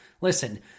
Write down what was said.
Listen